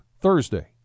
Thursday